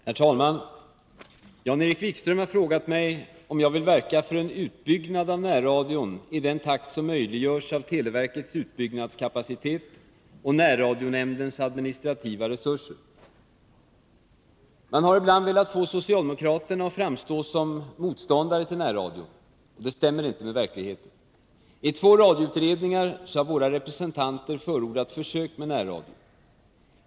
Herr talman! Jan-Erik Wikström har frågat mig om jag vill verka för en utbyggnad av närradion i den takt som möjliggörs av televerkets utbyggnadskapacitet och närradionämndens administrativa resurser. Man har ibland velat få socialdemokraterna att framstå som närradiomotståndare. Det stämmer inte med verkligheten. I två radioutredningar har våra representanter förordat försök med närradio.